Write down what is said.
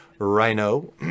Rhino